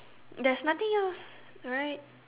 there's nothing else right